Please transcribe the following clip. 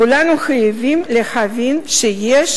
כולנו חייבים להבין שיש